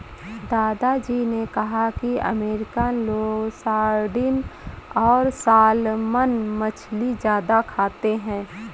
दादा जी ने कहा कि अमेरिकन लोग सार्डिन और सालमन मछली ज्यादा खाते हैं